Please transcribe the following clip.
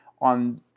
on